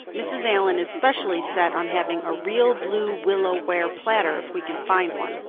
mrs. allan is specially set on having a real blue willow ware platter if we can find one.